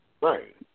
right